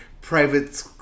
private